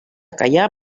callar